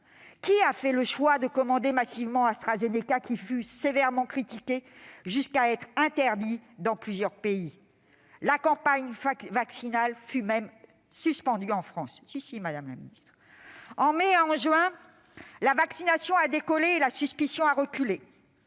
Qui a fait le choix de commander massivement le vaccin AstraZeneca, qui fut sévèrement critiqué jusqu'à être interdit dans plusieurs pays ? La campagne vaccinale fut même suspendue en France. En mai et en juin dernier, la vaccination a décollé et la suspicion a reculé.